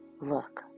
Look